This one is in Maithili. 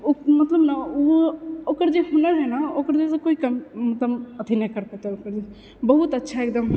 ओ मतलब नहि ओ ओकर जे हुनर है ने ओकर जैसे कोई मतलब अथि नहि करि सकै छै बहुत अच्छा एकदम